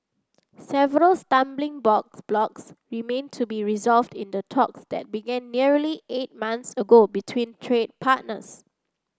several stumbling blocks remain to be resolved in talks that began nearly eight months ago between trade partners